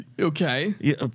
Okay